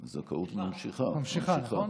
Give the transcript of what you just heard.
ממשיכה.